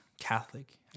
Catholic